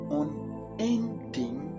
unending